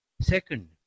second